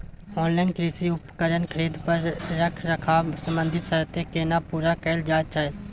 Online कृषि उपकरण खरीद पर रखरखाव संबंधी सर्त केना पूरा कैल जायत छै?